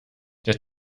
der